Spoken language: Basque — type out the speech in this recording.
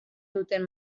duten